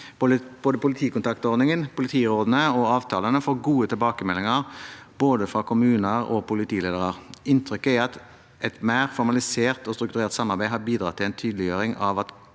Både politikontaktordningen, politirådene og avtalene får gode tilbakemeldinger både fra kommuner og politiledere (…). Inntrykket er at et mer formalisert og strukturert samarbeid har bidratt til en tydeliggjøring av at